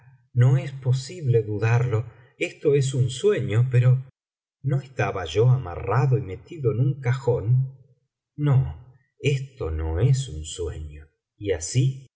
no es posible dudarlo esto es un sueño pero no estaba yo amarrado y metido en un cajón no esto no es un sueño y así